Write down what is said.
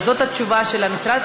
זאת התשובה של המשרד.